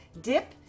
dip